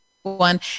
One